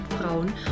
Frauen